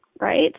right